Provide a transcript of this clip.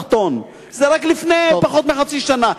זה רק לפני פחות מחצי שנה.